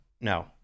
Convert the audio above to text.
No